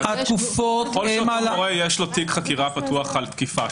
התקופות הן --- ככל שלמורה יש תיק חקירה פתוח על תקיפה,